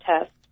test